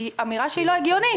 היא אמירה לא הגיונית.